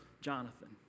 Jonathan